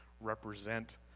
represent